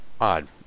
Odd